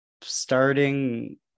starting